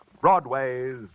Broadway's